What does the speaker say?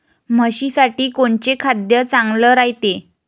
म्हशीसाठी कोनचे खाद्य चांगलं रायते?